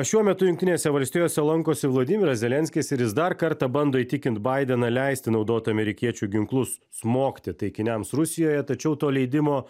šiuo metu jungtinėse valstijose lankosi vladimiras zelenskis ir jis dar kartą bando įtikinti baideną leisti naudot amerikiečių ginklus smogti taikiniams rusijoje tačiau to leidimo